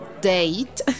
date